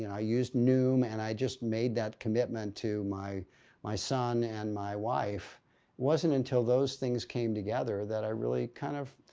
and i used noom and i just made that commitment to my my son and my wife, it wasn't until those things came together that i really kind of.